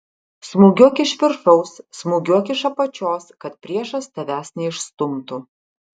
smūgiuok iš viršaus smūgiuok iš apačios kad priešas tavęs neišstumtų